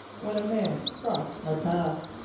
when a man crossed my path,